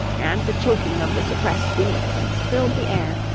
and the choking of the suppressed guinea-pigs, filled the air,